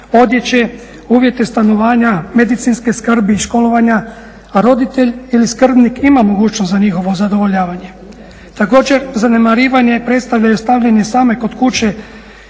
odjeće, uvjete stanovanja, medicinske skrbi, školovanja, a roditelj ili skrbnik ima mogućnost za njihovo zadovoljavanje. Također zanemarivanje predstavlja i ostavljanje same kod kuće